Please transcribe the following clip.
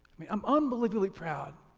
i mean i'm unbelievably proud.